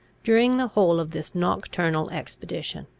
during the whole of this nocturnal expedition.